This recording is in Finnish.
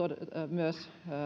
myös